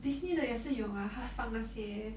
Disney 的也是有 ah 他放那些